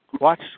watch